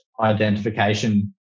identification